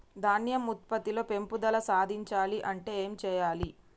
ధాన్యం ఉత్పత్తి లో పెంపుదల సాధించాలి అంటే ఏం చెయ్యాలి?